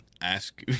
ask